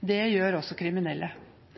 Det gjør også kriminelle.